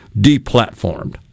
deplatformed